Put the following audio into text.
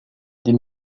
des